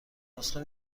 نسخه